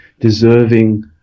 deserving